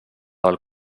del